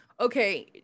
okay